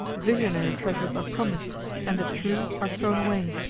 visionary treasures are promised and the true are thrown away.